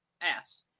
ass